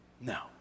No